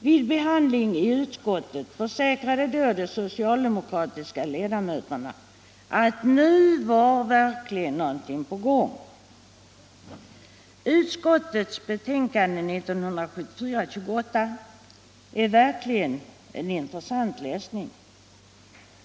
Vid behandlingen i utskottet försäkrade då de socialdemokratiska ledamöterna att nu var verkligen något på gång. Utskottets betänkande 1974:28 är en intressant läsning.